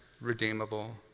redeemable